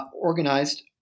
organized